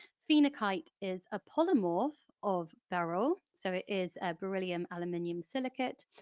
phenakite is a polymorph of beryl, so it is a beryllium aluminium silicate.